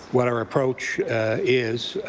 what our approach is,